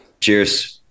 cheers